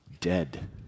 dead